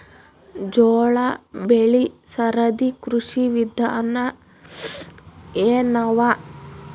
ಜೋಳ ಬೆಳಿ ಸರದಿ ಕೃಷಿ ವಿಧಾನ ಎನವ?